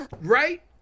right